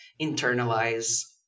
internalize